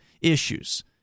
issues